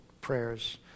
prayers